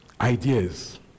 ideas